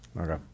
Okay